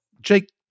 Jake